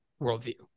worldview